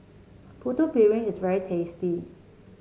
Putu Piring is very tasty